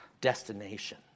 destination